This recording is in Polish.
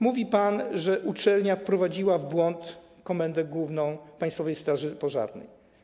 Mówi pan, że uczelnia wprowadziła w błąd Komendę Główną Państwowej Straży Pożarnej.